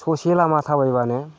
ससे लामा थाबायब्लानो